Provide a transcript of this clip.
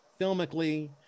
filmically